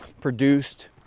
produced